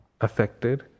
affected